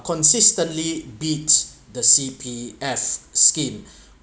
consistently beats the C_P_F scheme